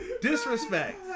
disrespect